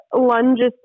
lunges